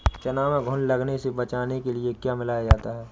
चना में घुन लगने से बचाने के लिए क्या मिलाया जाता है?